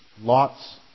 lots